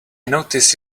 notice